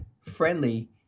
friendly